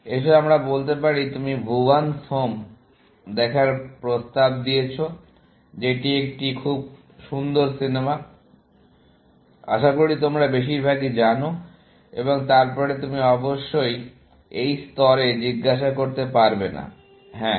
এসো আমরা বলতে পারি তুমি ভুবন'স হোম Bhuvan's Home দেখার প্রস্তাব দিয়েছো যেটি একটি খুব সুন্দর সিনেমা আশাকরি তোমরা বেশিরভাগই জানো এবং তারপরে তুমি অবশ্যই এই স্তরে জিজ্ঞাসা করতে পারবে না হ্যাঁ